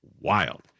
wild